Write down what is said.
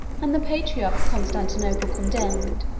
and the patriarch of constantinople condemned,